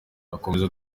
akomeza